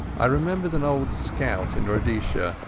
i remember an old scout in rhodesia,